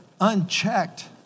unchecked